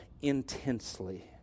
intensely